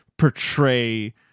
portray